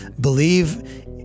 Believe